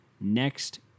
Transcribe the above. next